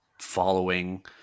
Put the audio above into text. following